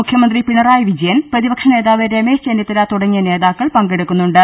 മുഖ്യമന്ത്രി പിണറായി വിജയൻ പ്രതിപക്ഷനേതാവ് രമേശ് ചെന്നിത്തല തുടങ്ങിയ നേതാ ക്കൾ പങ്കെടുക്കുന്നുണ്ട്